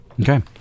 Okay